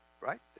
Right